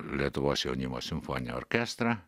lietuvos jaunimo simfoninį orkestrą